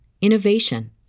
innovation